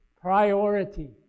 priority